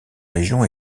région